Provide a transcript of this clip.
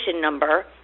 number